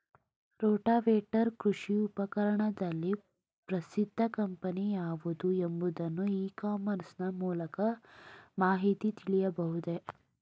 Rotavator ಕೃಷಿ ಉಪಕರಣದಲ್ಲಿ ಪ್ರಸಿದ್ದ ಕಂಪನಿ ಯಾವುದು ಎಂಬುದನ್ನು ಇ ಕಾಮರ್ಸ್ ನ ಮೂಲಕ ಮಾಹಿತಿ ತಿಳಿಯಬಹುದೇ?